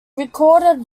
recorded